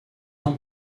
ans